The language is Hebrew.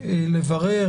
לברר,